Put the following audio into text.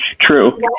True